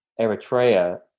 Eritrea